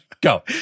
Go